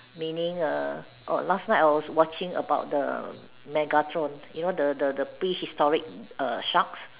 meaning err oh last night I was watching about the Megatron you know the the the place that storage a shark